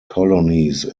colonies